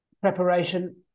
Preparation